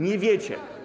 Nie wiecie.